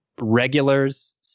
regulars